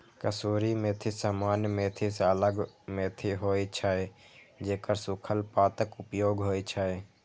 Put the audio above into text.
कसूरी मेथी सामान्य मेथी सं अलग मेथी होइ छै, जेकर सूखल पातक उपयोग होइ छै